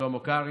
ושלמה קרעי.